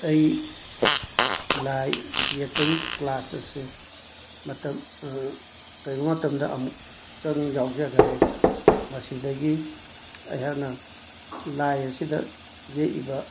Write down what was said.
ꯑꯩ ꯂꯥꯏ ꯌꯦꯛꯄꯒꯤ ꯀ꯭ꯂꯥꯁ ꯑꯁꯦ ꯃꯇꯝ ꯀꯩꯒꯨꯝ ꯃꯇꯝꯗ ꯑꯃꯨꯛ ꯇꯪ ꯌꯥꯎꯖꯈꯔꯦ ꯃꯁꯤꯗꯒꯤ ꯑꯩꯍꯥꯛꯅ ꯂꯥꯏ ꯑꯁꯤꯗ ꯌꯦꯛꯏꯕ